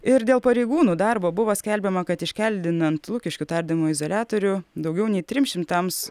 ir dėl pareigūnų darbo buvo skelbiama kad iškeldinant lukiškių tardymo izoliatorių daugiau nei trims šimtams